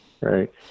right